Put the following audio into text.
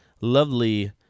lovely